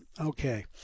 Okay